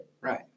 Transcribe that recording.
right